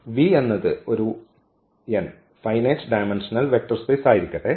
V എന്നത് ഒരു n finite dimensional vector space ആയിരിക്കട്ടെ